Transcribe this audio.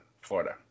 Florida